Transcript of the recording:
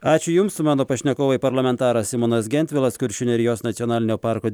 ačiū jums mano pašnekovai parlamentaras simonas gentvilas kuršių nerijos nacionalinio parko